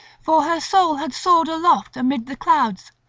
for her soul had soared aloft amid the clouds.